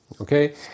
Okay